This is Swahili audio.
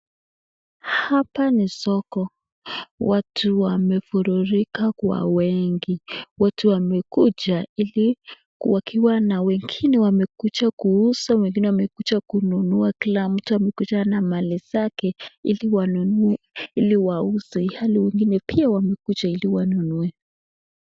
Hapa ni soko watu wamefururuka Kwa wengi wote wamekuja wakiwa na wengi wamekuja kuuza na wengine kununua na Kila mtu amekuja na Mali zake hili wanunue hili wauze Yale wengine wamekuja pia hili wanunue.